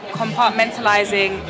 compartmentalizing